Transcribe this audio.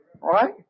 right